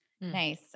Nice